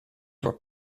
were